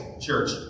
church